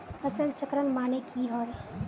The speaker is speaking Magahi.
फसल चक्रण माने की होय?